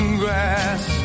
grass